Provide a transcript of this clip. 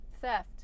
theft